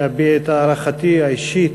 להביע את הערכתי האישית,